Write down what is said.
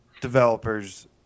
developers